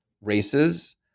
races